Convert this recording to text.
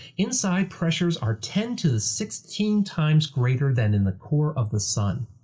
inside, pressures are ten to the sixteenth times greater than in the core of the sun.